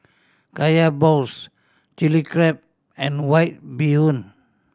Kaya balls Chilli Crab and White Bee Hoon